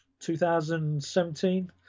2017